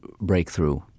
breakthrough